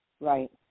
Right